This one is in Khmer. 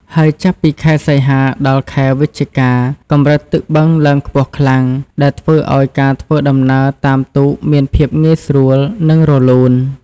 ហើយចាប់ពី ខែសីហា ដល់ ខែវិច្ឆិកា កម្រិតទឹកបឹងឡើងខ្ពស់ខ្លាំង ដែលធ្វើឲ្យការធ្វើដំណើរតាមទូកមានភាពងាយស្រួល និងរលូន។